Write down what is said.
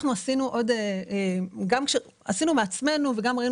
אנחנו עשינו - עשינו בעצמנו וגם ראינו